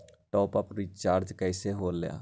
Top up recharge कइसे होएला?